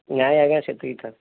ନାଇଁ ଆଜ୍ଞା ସେତିକି ଥାଉ